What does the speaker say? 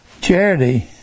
charity